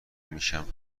میشم